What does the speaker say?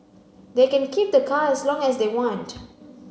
they can keep the car as long as they want